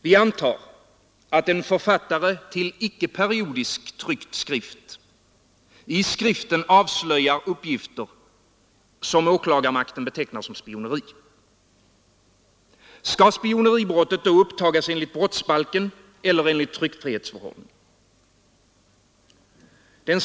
Vi antar att en författare till en icke periodisk tryckt skrift i skriften avslöjar uppgifter som åklagarmakten betecknar som spioneri. Skall spioneribrottet då upptagas enligt brottsbalken eller enligt tryckfrihetsförordningen?